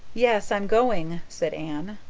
yes, i'm going, said anne.